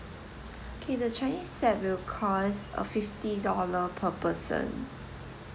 okay the chinese set will cost uh fifty dollar per person